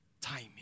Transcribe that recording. timing